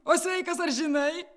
o sveikas ar žinai